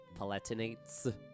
Palatinates